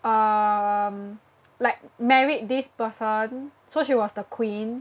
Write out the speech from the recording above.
um like married this person so she was the queen